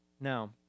Now